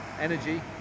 energy